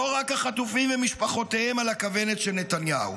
לא רק החטופים ומשפחותיהם על הכוונת של נתניהו.